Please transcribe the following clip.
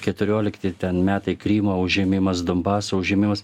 keturiolikti ten metai krymo užėmimas donbaso užėmimas